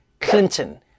Clinton